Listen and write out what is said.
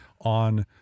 on